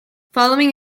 following